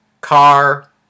Car